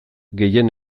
gehien